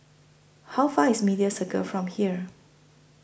How Far away IS Media Circle from here